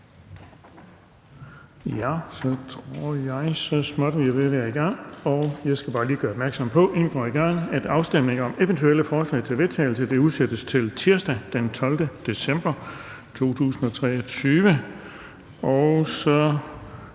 ind. Så tror jeg, vi så småt er ved at være i gang. Inden vi går i gang, skal jeg bare lige gøre opmærksom på, at afstemning om eventuelle forslag til vedtagelse udsættes til tirsdag den 12. december 2023. Så